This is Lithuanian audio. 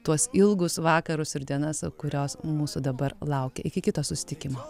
tuos ilgus vakarus ir dienas kurios mūsų dabar laukia iki kito susitikimo